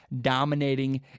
dominating